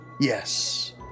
yes